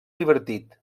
divertit